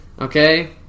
Okay